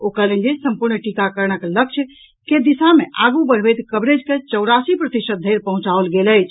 ओ कहलनि जे संपूर्ण टीकाकरणक लक्ष्य के दिशा मे आगू बढ़बैत कवरेज के चौरासी प्रतिशत धरि पहुंचाओल गेल अछि